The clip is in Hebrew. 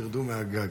תרדו מהגג".